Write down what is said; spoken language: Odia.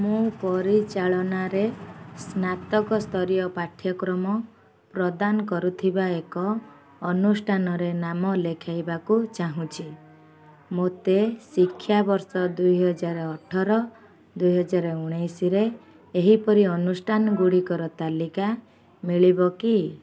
ମୁଁ ପରିଚାଳନାରେ ସ୍ନାତକ ସ୍ତରୀୟ ପାଠ୍ୟକ୍ରମ ପ୍ରଦାନ କରୁଥିବା ଏକ ଅନୁଷ୍ଠାନରେ ନାମ ଲେଖାଇବାକୁ ଚାହୁଁଛି ମୋତେ ଶିକ୍ଷାବର୍ଷ ଦୁଇ ହଜାର ଅଠର ଦୁଇ ହଜାର ଉଣେଇଶରେ ଏହିପରି ଅନୁଷ୍ଠାନ ଗୁଡ଼ିକର ତାଲିକା ମିଳିବ କି